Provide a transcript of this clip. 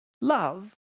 love